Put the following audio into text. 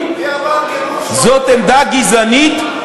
מי אמר "גירוש" זאת עמדה גזענית,